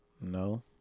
No